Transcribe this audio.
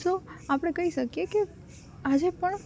તો આપણે કહી શકીએ કે આજે પણ